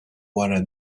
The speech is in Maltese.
wara